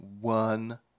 one